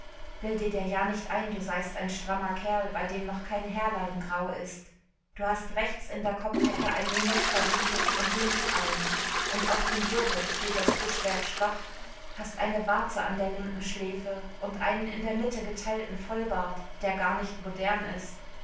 bilde dir ja nicht ein du seist ein strammer kerl bei dem noch kein härlein grau ist du hast rechts in der kopfecke einen ministerwinkel und links einen und auf dem wirbel steht das buschwerk schwach hast eine warze an der linken schläfe und einen in der mitte geteilten vollbart der gar nicht modern ist